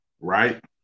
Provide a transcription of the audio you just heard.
right